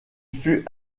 fut